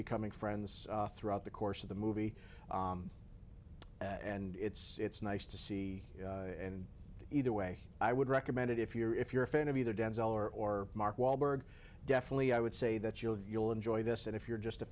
becoming friends throughout the course of the movie and it's nice to see and either way i would recommend it if you're if you're a fan of either denzel or mark wahlberg definitely i would say that you know you'll enjoy this and if you're just a